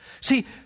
See